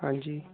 ਹਾਂਜੀ